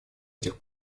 этих